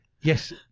Yes